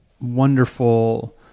wonderful